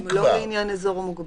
לא לעניין אזור מוגבל.